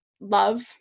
love